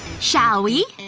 shall we?